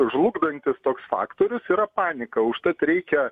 žlugdantis toks faktorius yra panika užtat reikia